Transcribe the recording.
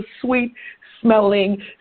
sweet-smelling